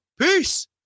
peace